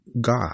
God